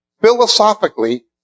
Philosophically